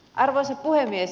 arvoisa puhemies